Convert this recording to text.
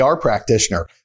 practitioner